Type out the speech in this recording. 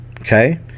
okay